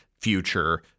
future